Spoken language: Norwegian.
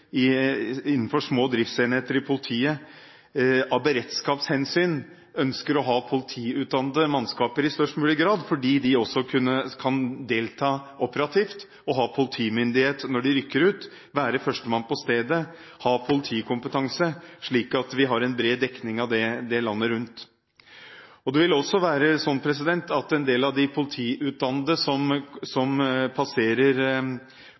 av beredskapshensyn å ha politiutdannede mannskaper i størst mulig grad, fordi de også kan delta operativt og ha politimyndighet når de rykker ut – være førstemann på stedet, ha politikompetanse. Slikt må vi ha en bred dekning av landet rundt. Det vil også være sånn at en del av de politiutdannede passerer aldersgrensene, som